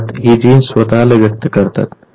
मुळात ही जीन्स स्वतला व्यक्त करतात